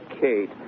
Kate